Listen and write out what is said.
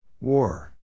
War